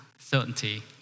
certainty